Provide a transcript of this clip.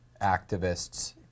activists